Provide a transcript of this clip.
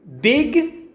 big